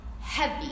heavy